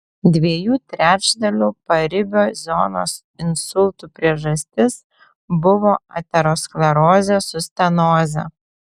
dviejų trečdalių paribio zonos insultų priežastis buvo aterosklerozė su stenoze